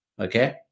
Okay